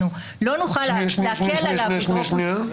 אנחנו לא נוכל להקל על האפוטרופוס --- זה